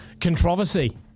Controversy